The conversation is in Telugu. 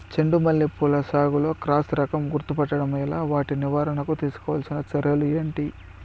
చెండు మల్లి పూల సాగులో క్రాస్ రకం గుర్తుపట్టడం ఎలా? వాటి నివారణకు తీసుకోవాల్సిన చర్యలు ఏంటి?